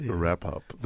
wrap-up